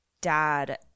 dad